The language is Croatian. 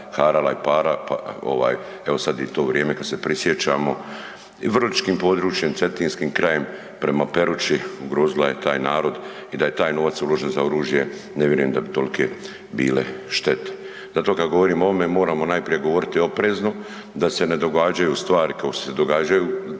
harala i, ovaj sad je to vrijeme kad se prisjećamo, vrličkim područjem, cetinskim krajem prema Peruči, ugrozila je taj narod i da je taj novac uložen za oružje ne vjerujem da bi tolike bile štete. Zato kad govorimo o ovome moramo najprije govoriti oprezno da se ne događaju stvari kao što se događaju,